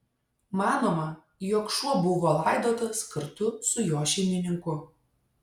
manoma jog šuo buvo laidotas kartu su jo šeimininku